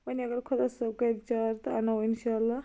وۄنۍ اگر خۄدا صٲب کَرِ چارٕ تہٕ اَنو اِنشاء اللہ